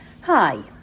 Hi